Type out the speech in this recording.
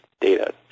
data